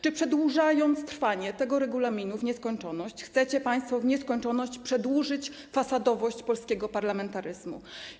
Czy przedłużając trwanie, obowiązywanie tego regulaminu w nieskończoność chcecie państwo w nieskończoność przedłużać fasadowość polskiego parlamentaryzmu?